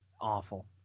awful